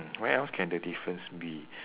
where else can the difference be